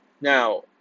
Now